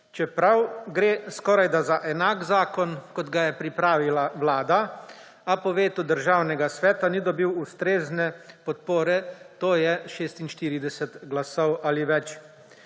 čeprav gre skorajda za enak zakon, kot ga je pripravila Vlada, a po vetu Državnega sveta ni dobil ustrezne podpore, to je 46 glasov ali več.